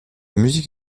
musique